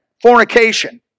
fornication